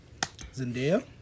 Zendaya